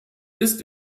ist